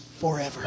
forever